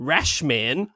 Rashman